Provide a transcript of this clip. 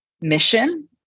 mission